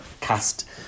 cast